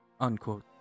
unquote